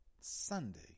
Sunday